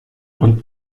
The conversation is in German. und